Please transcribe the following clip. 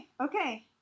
okay